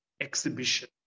exhibition